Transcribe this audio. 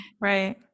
Right